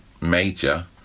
major